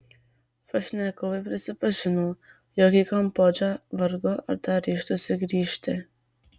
pašnekovė prisipažino jog į kambodžą vargu ar dar ryžtųsi grįžti